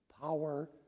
power